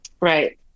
Right